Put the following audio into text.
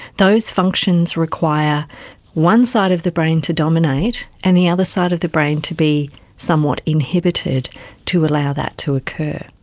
those functions require one side of the brain to dominate and the other side of the brain to be somewhat inhibited to allow that to occur.